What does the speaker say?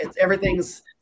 everything's